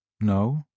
No